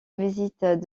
visite